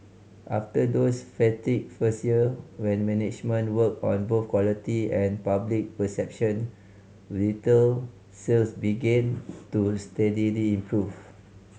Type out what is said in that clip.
after those frantic first year when management worked on both quality and public perception retail sales began to steadily improve